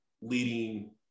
leading